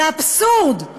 זה אבסורד.